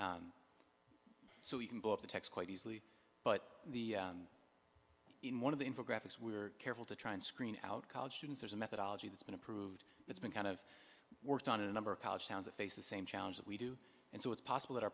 we so we can book the text quite easily but the one of the info graphics we are careful to try and screen out college students there's a methodology that's been approved that's been kind of worked on a number of college towns that face the same challenge that we do and so it's possible that